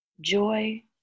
joy